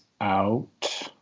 out